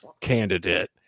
candidate